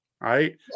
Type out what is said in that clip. right